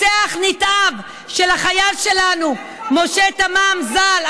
רוצח נתעב של החייל שלנו משה תמם ז"ל,